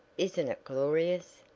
isn't it glorious?